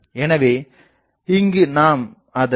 எனவே இங்கு நாம் அதன்